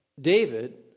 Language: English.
David